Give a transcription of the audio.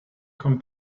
come